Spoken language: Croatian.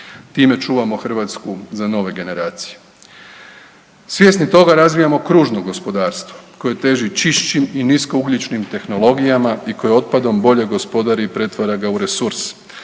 Time čuvamo Hrvatsku za nove generacije. Svjesni toga, razvijamo kružno gospodarstvo koje teži čišćim i niskougljičnim tehnologijama i koje otpadom bolje gospodari i pretvara ga u resurs.